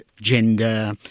gender